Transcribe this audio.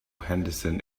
henderson